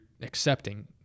accepting